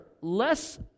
less